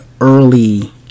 early